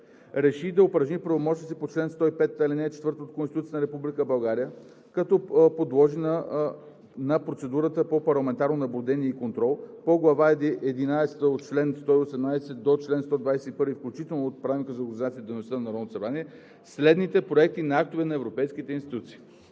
Реши да упражни правомощията си по чл. 105, ал. 4 от Конституцията на Република България, като подложи на процедурата по парламентарно наблюдение и контрол по Глава Единадесета от чл. 118 до чл. 121 включително от Правилника за организацията и дейността на Народното събрание следните проекти на актове на европейските институции: